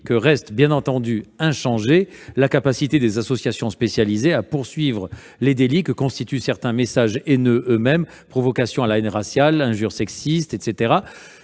que demeure bien entendu inchangée la capacité des associations spécialisées à poursuivre les délits que constituent certains messages haineux eux-mêmes- provocation à la haine raciale, injures sexistes, etc.